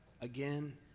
again